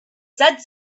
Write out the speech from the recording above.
said